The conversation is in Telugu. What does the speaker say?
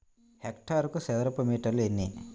హెక్టారుకు చదరపు మీటర్లు ఎన్ని?